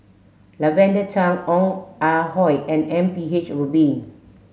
Lavender Chang Ong Ah Hoi and M P H Rubin